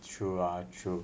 true lah true